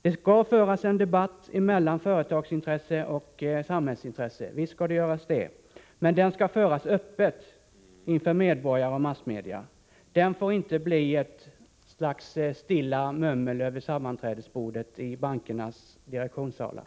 Det skall föras en debatt mellan företagsintresse och samhällsintresse — visst skall det vara så! Men den skall föras öppet, inför medborgare och massmedia. Den får inte bli ett slags stilla mummel över sammanträdesborden i bankernas direktionssalar!